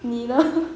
你呢